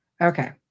okay